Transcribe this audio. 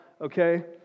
Okay